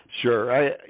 Sure